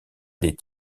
des